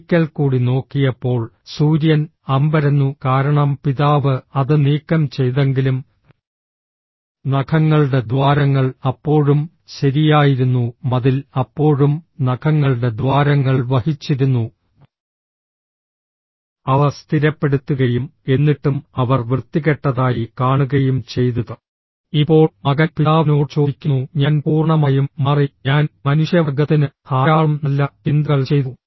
ഒരിക്കൽക്കൂടി നോക്കിയപ്പോൾ സൂര്യൻ അമ്പരന്നു കാരണം പിതാവ് അത് നീക്കം ചെയ്തെങ്കിലും നഖങ്ങളുടെ ദ്വാരങ്ങൾ അപ്പോഴും ശരിയായിരുന്നു മതിൽ അപ്പോഴും നഖങ്ങളുടെ ദ്വാരങ്ങൾ വഹിച്ചിരുന്നു അവ സ്ഥിരപ്പെടുത്തുകയും എന്നിട്ടും അവർ വൃത്തികെട്ടതായി കാണുകയും ചെയ്തു ഇപ്പോൾ മകൻ പിതാവിനോട് ചോദിക്കുന്നു ഞാൻ പൂർണ്ണമായും മാറി ഞാൻ മനുഷ്യവർഗത്തിന് ധാരാളം നല്ല ചിന്തകൾ ചെയ്തു